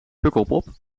pukkelpop